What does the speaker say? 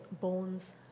bones